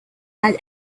had